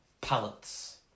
palettes